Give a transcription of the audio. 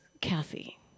Kathy